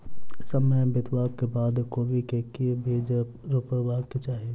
समय बितबाक बाद कोबी केँ के बीज रोपबाक चाहि?